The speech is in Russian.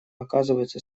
оказываются